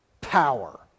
power